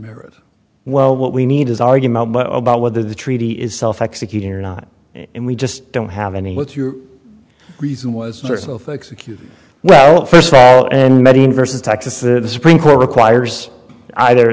merit well what we need is argument about whether the treaty is self executing or not and we just don't have any what's your reason was executed well first of all and many versus texas the supreme court requires either